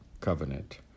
covenant